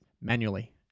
manually